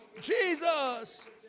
Jesus